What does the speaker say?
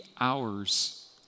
hours